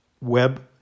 web